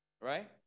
Right